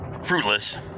fruitless